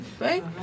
right